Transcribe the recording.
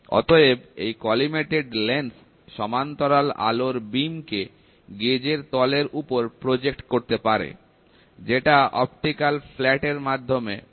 অতএব এই collimated lens সমান্তরাল আলোর বিম কে গেজের তলের উপর প্রজেক্ট করতে পারে যেটা অপটিক্যাল ফ্ল্যাট এর মাধ্যমে পরীক্ষিত হবে